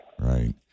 Right